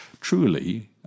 truly